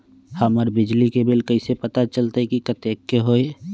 हमर बिजली के बिल कैसे पता चलतै की कतेइक के होई?